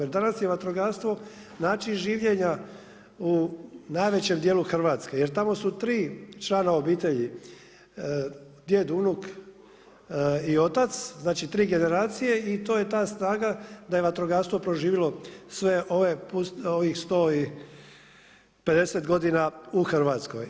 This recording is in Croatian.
Jer danas je vatrogastvo način življenja u najvećem dijelu Hrvatske jer tamo su tri člana obitelji djed, unuk i otac znači, tri generacije i to je ta snaga da je vatrogastvo proživjelo sve ovih 150 godina u Hrvatskoj.